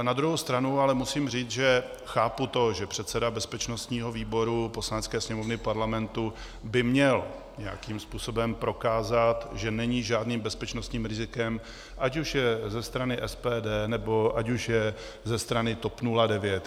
Na druhou stranu ale musím říct, že chápu to, že předseda bezpečnostního výboru Poslanecké sněmovny Parlamentu by měl nějakým způsobem prokázat, že není žádným bezpečnostním rizikem, ať už je ze strany SPD, nebo ať už je ze strany TOP 09.